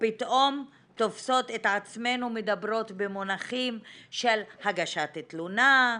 ופתאום תופסות את עצמנו מדברות במונחים של הגשת תלונה,